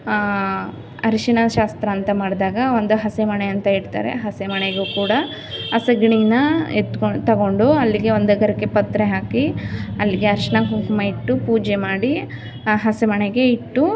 ಅರಶಿನ ಶಾಸ್ತ್ರ ಅಂತ ಮಾಡಿದಾಗ ಒಂದು ಹಸೆಮಣೆ ಅಂತ ಇಡ್ತಾರೆ ಹಸೆಮಣೆಗೂ ಕೂಡ ಆ ಸಗಣಿನಾ ಎತ್ತ್ಕೊಂಡು ತಗೊಂಡು ಅಲ್ಲಿಗೆ ಒಂದು ಗರಿಕೆ ಪತ್ರೆ ಹಾಕಿ ಅಲ್ಲಿಗೆ ಅರಶಿನ ಕುಂಕುಮ ಇಟ್ಟು ಪೂಜೆ ಮಾಡಿ ಹಸೆಮಣೆಗೆ ಇಟ್ಟು